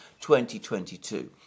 2022